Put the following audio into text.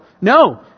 no